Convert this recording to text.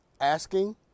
asking